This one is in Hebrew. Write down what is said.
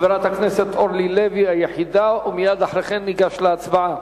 חברת הכנסת אורלי לוי היחידה ומייד אחרי כן ניגש להצבעה.